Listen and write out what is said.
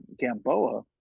Gamboa